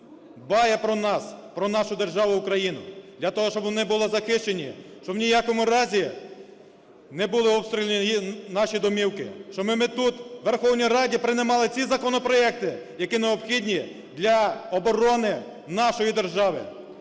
дбає про нас, про нашу державу Україну, для того, щоби ми були захищені, щоб ні в якому разі не були обстріляні наші домівки. Щоби ми тут, в Верховні Раді, приймали ці законопроекти, які необхідні для оборони нашої держави,